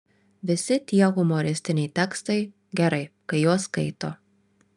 visi tie humoristiniai tekstai gerai kai juos skaito